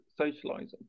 socializing